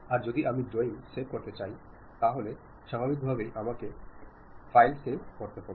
আর যদি আমি drawing save করতে চাই তাহলে স্বাভাবিকভাবেই আমাকে ফাইল সেভ করতে হবে